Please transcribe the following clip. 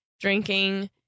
drinking